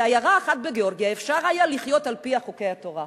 בעיירה אחת בגאורגיה אפשר היה לחיות על-פי חוקי התורה.